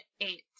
eight